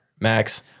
Max